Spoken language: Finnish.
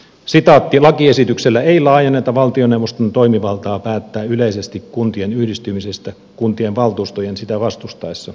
lakiesityksellä ei laajenneta valtioneuvoston toimivaltaa päättää yleisesti kuntien yhdistymisistä kuntien valtuustojen sitä vastustaessa